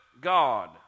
God